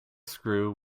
screw